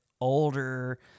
older